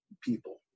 people